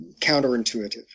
counterintuitive